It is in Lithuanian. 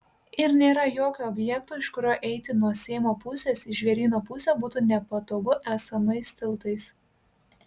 ir nėra jokio objekto iš kurio eiti nuo seimo pusės į žvėryno pusę būtų nepatogu esamais tiltais